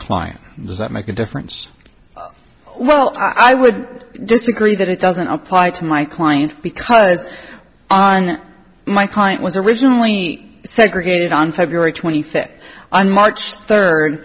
client does that make a difference well i would disagree that it doesn't apply to my client because on my client was originally segregated on february twenty fifth and march third